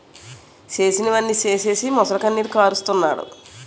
చేసినవన్నీ సేసీసి మొసలికన్నీరు కారస్తన్నాడు